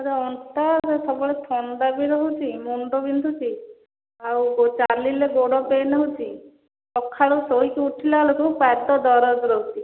sir ଅଣ୍ଟା ମୋର ସବୁବେଳେ ଥଣ୍ଡା ବି ରହୁଛି ମୁଣ୍ଡ ବିନ୍ଧୁଛି ଆଉ ଚାଲିଲେ ଗୋଡ଼ ପେନ୍ ହେଉଛି ସକାଳୁ ଶୋଇକି ଉଠିଲା ବେଳକୁ ପାଦ ଦରଜ ରହୁଛି